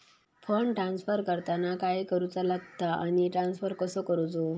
Fund transfer करताना काय करुचा लगता आनी ट्रान्स्फर कसो करूचो?